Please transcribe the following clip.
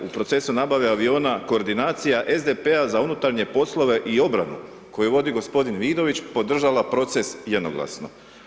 U procesu nabave aviona, koordinacija SDP-a za unutarnje poslove i obranu koju vodi g. Vidović podržala proces jednoglasno.